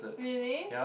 really